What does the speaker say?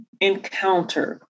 encounter